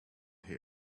here